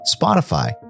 Spotify